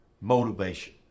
motivation